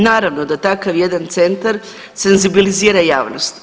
Naravno da takav jedan centar senzibilizira javnost.